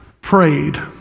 prayed